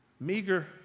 meager